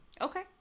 Okay